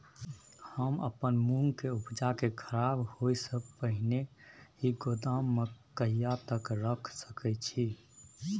हम अपन मूंग के उपजा के खराब होय से पहिले ही गोदाम में कहिया तक रख सके छी?